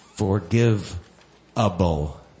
Forgivable